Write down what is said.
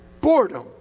boredom